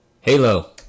Halo